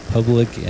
public